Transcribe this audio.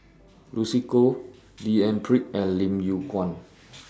Lucy Koh D N Pritt and Lim Yew Kuan